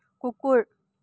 কুকুৰ